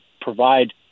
provide